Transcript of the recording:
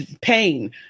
pain